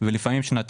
נדבר על כל המפעלים,